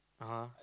(uh huh)